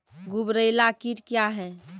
गुबरैला कीट क्या हैं?